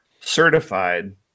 certified